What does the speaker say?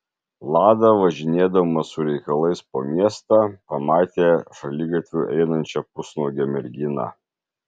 lada važinėdamas su reikalais po miestą pamatė šaligatviu einančią pusnuogę merginą